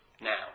now